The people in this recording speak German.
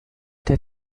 der